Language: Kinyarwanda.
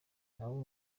nabo